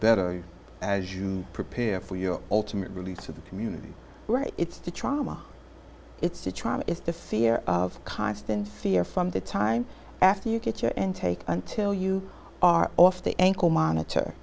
better as you prepare for your ultimate release of the community it's the trauma it's to trauma is the fear of constant fear from the time after you get your intake until you are off the ankle monitor